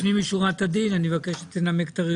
לפנים משורת הדין הפעם ועם ההתחייבות הזאת שכולה נשמעה ונכתבה והיא